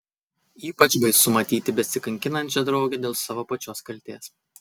ypač baisu matyti besikankinančią draugę dėl savo pačios kaltės